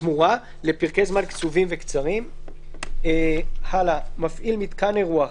לפרקי זמן קצובים וקצרים, "מפעיל מיתקן אירוח"